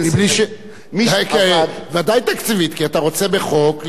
כי אתה רוצה בחוק לחייב את האוצר שכל מי שעבד 35,